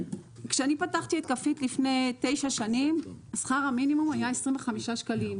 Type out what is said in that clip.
כשאני פתחתי את קפית לפני תשע שנים שכר המינימום היה 25 שקלים,